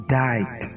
died